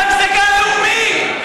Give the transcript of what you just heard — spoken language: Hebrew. אתה זגזגן לאומי.